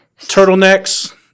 turtlenecks